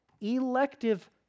elective